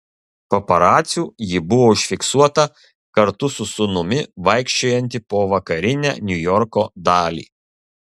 paparacių ji buvo užfiksuota kartu su sūnumi vaikščiojanti po vakarinę niujorko dalį